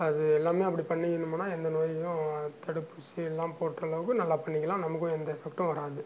அது எல்லாமே அப்படி பண்ணிக்கின்னு போனால் எந்த நோயும் தடுப்பூசி எல்லாம் போட்ட அளவுக்கு நல்லா பண்ணிக்கலாம் நமக்கும் எந்த எஃபெக்ட்டும் வராது